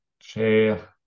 share